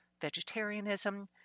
Vegetarianism